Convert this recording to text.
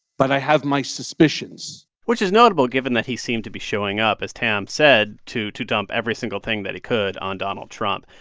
but i have my suspicions which is notable, given that he seemed to be showing up, as tam said, to to dump every single thing that he could on donald trump.